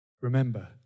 remember